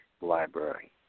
library